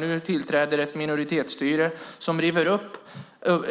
Nu tillträder ett minoritetsstyre som river upp